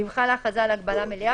ואם חלה הכרזה על הגבלה מלאה,